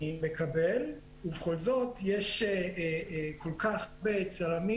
אני מקבל, ובכל זאת יש כל כך הרבה צלמים